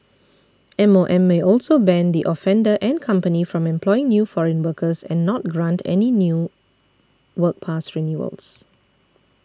M O M may also ban the offender and company from employing new foreign workers and not grant any new work pass renewals